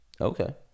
Okay